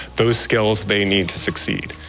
those skills they need to succeed.